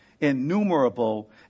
innumerable